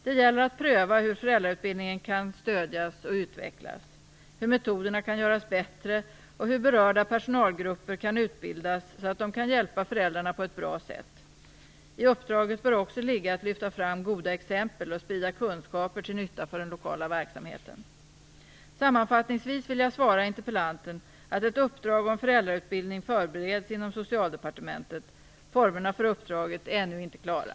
Det gäller att pröva hur föräldrautbildningen kan stödjas och utvecklas; hur metoderna kan göras bättre och hur berörda personalgrupper kan utbildas så att de kan hjälpa föräldrarna på ett bra sätt. I uppdraget bör också ligga att lyfta fram goda exempel och sprida kunskaper till nytta för den lokala verksamheten. Sammanfattningsvis vill jag svara interpellanten att ett uppdrag om föräldrautbildning förbereds inom Socialdepartementet. Formerna för uppdraget är ännu inte klara.